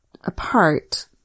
apart